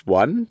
one